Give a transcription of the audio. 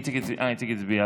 איציק הצביע.